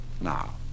Now